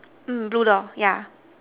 mm blue door yeah